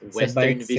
Western